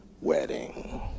wedding